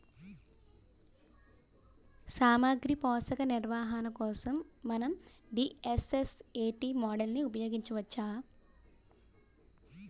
సామాగ్రి పోషక నిర్వహణ కోసం మనం డి.ఎస్.ఎస్.ఎ.టీ మోడల్ని ఉపయోగించవచ్చా?